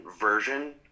version